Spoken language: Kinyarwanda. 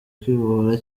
kwibohora